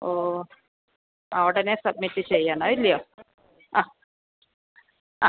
ഓ ആ ഉടനെ സബ്മിറ്റ് ചെയ്യണമല്ലോ ആ ആ